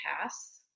pass